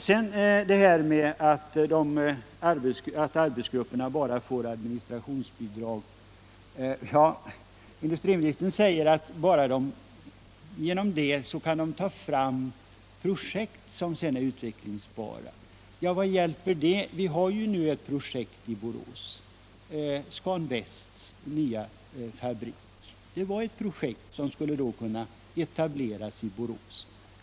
När det sedan gäller detta att arbetsgrupperna bara får administrationsbidrag säger industriministern att bara därigenom kan de ta fram projekt som är utvecklingsbara. Vad hjälper det? Vi har ju nu ett projekt — Scan Västs nya fabrik, som skulle etableras i Borås.